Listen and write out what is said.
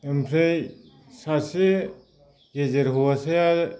ओमफ्राय सासे गेजेर हौवासाया